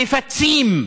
מפצים.